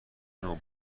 نوع